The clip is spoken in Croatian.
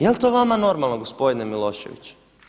Jel to vama normalno gospodine Milošević?